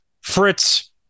Fritz